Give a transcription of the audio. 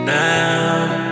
now